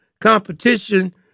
competition